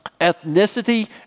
ethnicity